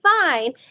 fine